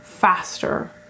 Faster